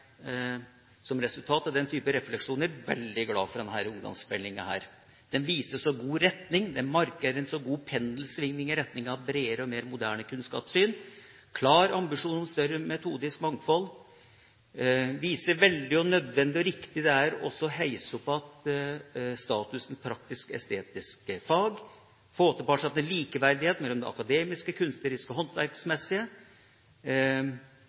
den type refleksjoner, veldig glad for denne ungdomsskolemeldinga. Den viser en god retning, den markerer en god pendelsvingning i retning av et breiere og mer moderne kunnskapssyn, den markerer en klar ambisjon om større metodisk mangfold, den viser veldig hvor nødvendig og riktig det er å heise opp statusen igjen for praktisk-estetiske fag og få tilbake likeverdighet mellom det akademiske, kunstneriske og